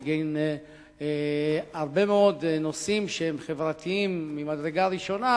בגין הרבה מאוד נושאים שהם חברתיים ממדרגה ראשונה,